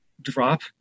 drop